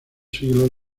siglos